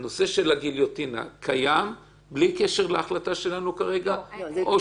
הנושא של הגיליוטינה קיים בלי קשר להחלטה שלנו כרגע או